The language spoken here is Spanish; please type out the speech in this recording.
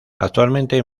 actualmente